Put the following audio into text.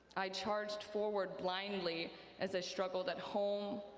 i charged forward blindly as i struggled at home,